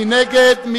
מי נגד?